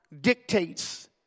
dictates